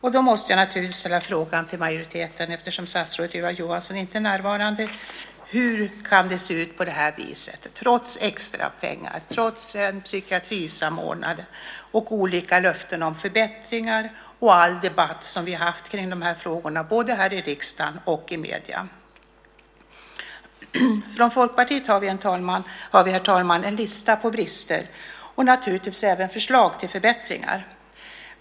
Eftersom statsrådet Ylva Johansson inte är närvarande måste jag naturligtvis ställa frågan till majoriteten: Hur kan det se ut på det här viset trots extra pengar, trots en psykiatrisamordnare, trots olika löften om förbättringar och all den debatt som vi haft kring dessa frågor både i riksdagen och i medierna? Från Folkpartiet har vi, herr talman, en lista på brister och naturligtvis även förslag till förbättringar.